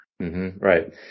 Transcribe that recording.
Right